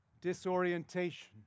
disorientation